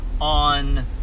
on